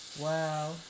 Wow